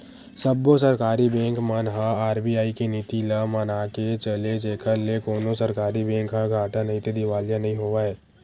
सब्बो सरकारी बेंक मन ह आर.बी.आई के नीति ल मनाके चले जेखर ले कोनो सरकारी बेंक ह घाटा नइते दिवालिया नइ होवय